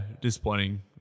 disappointing